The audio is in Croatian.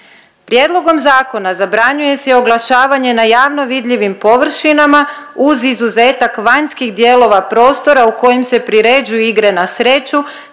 Prijedlogom zakona zabranjuje se i oglašavanje na javno vidljivim površinama uz izuzetak vanjskih dijelova prostora u kojim se priređuju igre na sreću